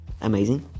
amazing